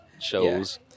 shows